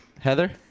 Heather